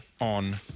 on